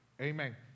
Amen